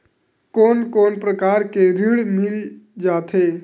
कोन कोन प्रकार के ऋण मिल जाथे?